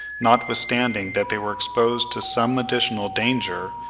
notwithstanding that they were exposed to some additional danger,